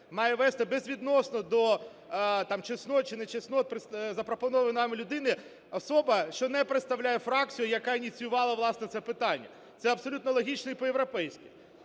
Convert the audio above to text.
має вести, безвідносно до чеснот чи нечеснот запропонованої нам людини, особа, що не представляє фракцію, яка ініціювала, власне, це питання. Це абсолютно логічно і по-європейські.